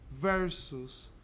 versus